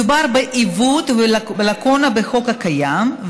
מדובר בעיוות ובלקונה בחוק הקיים,